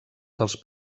dels